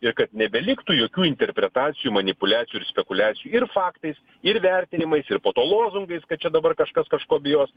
ir kad nebeliktų jokių interpretacijų manipuliacijų spekuliacijų ir faktais ir vertinimais ir po to lozungais kad čia dabar kažkas kažko bijos